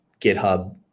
GitHub